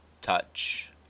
touch